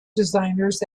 designers